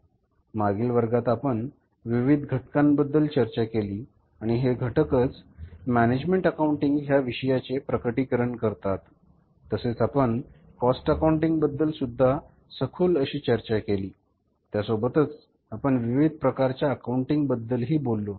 मागील वर्गात आपण विविध घटकांबद्दल चर्चा केली आणि हे घटकच मॅनॅजमेन्ट अकाउंटिंग ह्या विषयाचे प्रकटीकरण करतात तसेच आपण कॉस्ट अकाउंटिंग बद्दल सुद्धा सखोल अशी चर्चा केली त्या सोबतच आपण विविध प्रकारच्या अकाउंटिंग पद्धती बद्दल हि बोललो